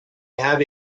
have